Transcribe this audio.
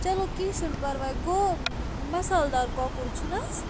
چلو کینٛہہ چھُنہٕ پَرواے گوٚو مسال دار کۄکُر چھُنہٕ حظ